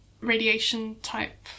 radiation-type